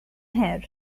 her